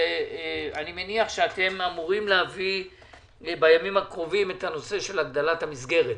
ואני מניח שאתם אמורים להביא בימים הקרובים את הנושא של הגדלת המסגרת.